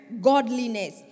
godliness